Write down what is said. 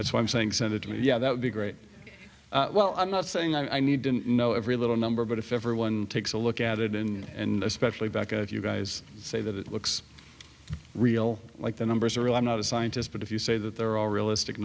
that's why i'm saying senator yeah that would be great well i'm not saying i need to know every little number but if everyone takes a look at it in and especially back if you guys say that it looks real like the numbers are real i'm not a scientist but if you say that they're all realistic